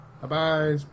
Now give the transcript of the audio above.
Bye-bye